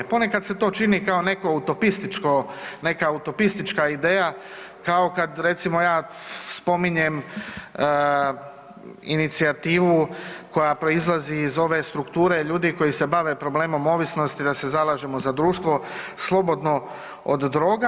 Ponekad se to čini kao neko utopističko, neka utopistička ideja, kao kad recimo ja spominjem inicijativu koja proizlazi iz ove strukture ljudi koji se bave problemom ovisnosti da se zalažemo za društvo slobodno od droga.